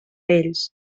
ells